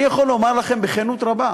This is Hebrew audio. אני יכול לומר לכם בכנות רבה,